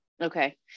Okay